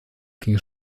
ging